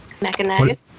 Mechanized